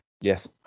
Yes